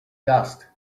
dust